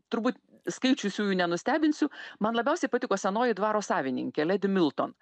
turbūt skaičiusiųjų nenustebinsiu man labiausiai patiko senoji dvaro savininkė ledi milton